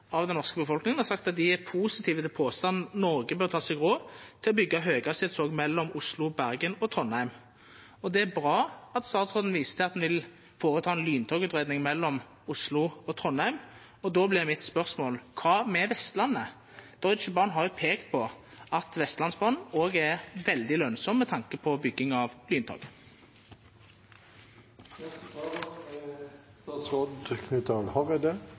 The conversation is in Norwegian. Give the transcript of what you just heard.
av den norske befolkninga har sagt at dei er positive til påstanden: «Norge bør ta seg råd til å bygge høyhastighetstog mellom Oslo, Bergen og Trondheim». Det er bra at statsråden viser til at ein vil gjera ei lyntogutgreiing mellom Oslo og Trondheim, og då vert mitt spørsmål: Kva med Vestlandet? Deutsche Bahn har jo peikt på at Vestlandsbanen òg er veldig lønsam med tanke på lyntogutbygging. Jernbanen har fått tredobla sitt budsjett på i underkant av